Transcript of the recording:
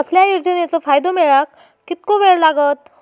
कसल्याय योजनेचो फायदो मेळाक कितको वेळ लागत?